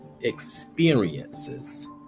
experiences